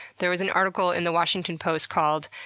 there was an article in the washington post called,